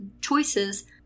choices